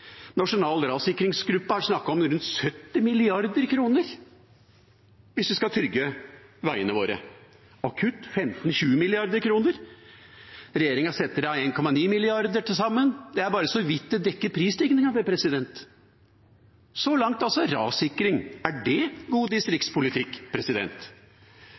Nasjonal rassikringsgruppe har snakket om rundt 70 mrd. kr hvis vi skal trygge veiene våre. Det akutte behovet er 15–20 mrd. kr. Regjeringa setter av 1,9 mrd. kr til sammen – det dekker bare så vidt prisstigningen. Så langt om rassikring – er det god